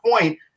point